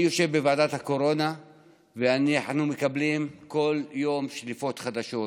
אני יושב בוועדת הקורונה ואנחנו מקבלים כל יום שליפות חדשות.